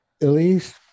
Elise